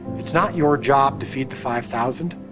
it's not your job to feed the five thousand,